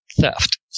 theft